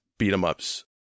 beat-em-ups